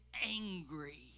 angry